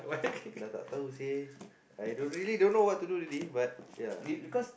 dah tak tahu seh say I don't really don't know what to do already but ya